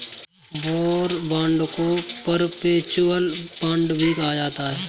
war bond को perpetual bond भी कहा जाता है